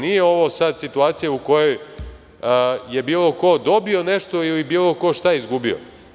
Nije ovo sada situacija u kojoj je bilo ko dobio nešto ili bilo ko šta izgubio.